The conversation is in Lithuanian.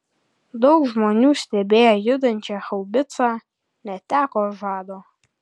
daug žmonių stebėję judančią haubicą neteko žado